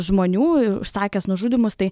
žmonių ir užsakęs nužudymus tai